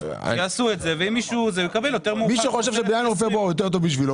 מי שחושב שינואר-פברואר יותר טוב בשבילו,